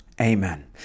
Amen